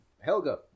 Helga